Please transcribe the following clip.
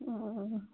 ओ